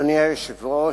אדוני היושב-ראש,